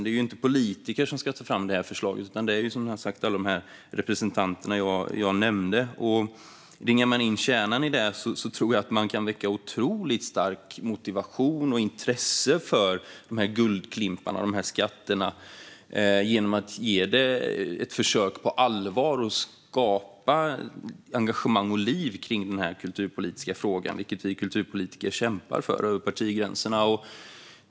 Det är inte politiker som ska ta fram förslaget, utan det är som sagt alla de representanter jag nämnde. Ringar man in kärnan i detta tror jag att man kan väcka en otroligt stark motivation och ett stort intresse för dessa guldklimpar - dessa skatter. Det handlar om att göra ett allvarligt försök att skapa engagemang och liv kring den här kulturpolitiska frågan, vilket vi kulturpolitiker kämpar för över partigränserna.